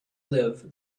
live